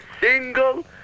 single